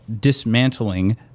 dismantling